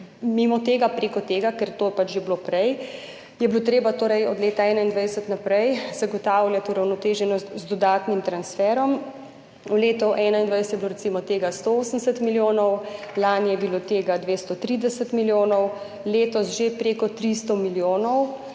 mimo tega, prek tega, ker to je pač že bilo prej, je bilo treba torej od leta 2021 naprejzagotavljati uravnoteženost z dodatnim transferjem. V letu 2021 je bilo recimo tega 180 milijonov, lani je bilo tega 230 milijonov, letos že prek 300 milijonov